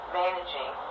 managing